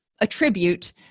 attribute